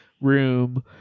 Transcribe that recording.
room